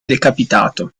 decapitato